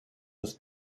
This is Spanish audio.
sus